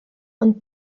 und